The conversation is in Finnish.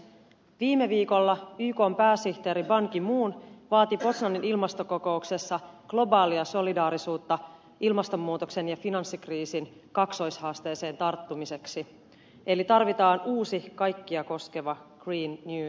viime viikolla ykn pääsihteeri ban ki moon vaati poznanin ilmastokokouksessa globaalia solidaarisuutta ilmastonmuutoksen ja finanssikriisin kaksoishaasteeseen tarttumiseksi eli tarvitaan uusi kaikkia koskeva green new deal